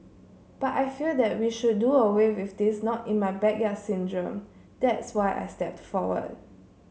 but I feel that we should do away with this not in my backyard syndrome that's why I stepped forward